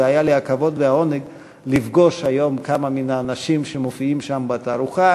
והיו לי הכבוד והעונג לפגוש היום כמה מן האנשים שמופיעים שם בתערוכה.